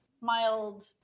mild